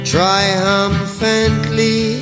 Triumphantly